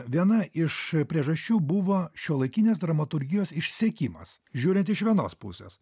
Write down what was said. viena iš priežasčių buvo šiuolaikinės dramaturgijos išsekimas žiūrint iš vienos pusės